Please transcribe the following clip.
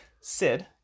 Sid